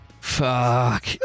Fuck